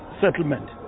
settlement